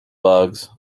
bugs